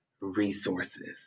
resources